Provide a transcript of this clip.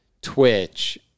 Twitch